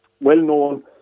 well-known